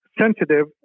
sensitive